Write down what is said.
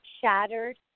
shattered